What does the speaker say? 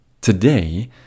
Today